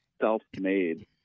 self-made